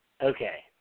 okay